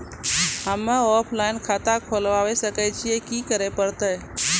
हम्मे ऑफलाइन खाता खोलबावे सकय छियै, की करे परतै?